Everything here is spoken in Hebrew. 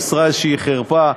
הוסרה איזושהי חרפה,